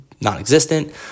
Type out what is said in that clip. non-existent